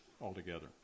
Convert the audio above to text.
altogether